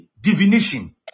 divination